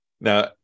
Now